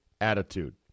attitude